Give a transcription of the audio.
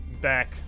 back